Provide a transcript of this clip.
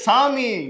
Sami